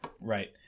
Right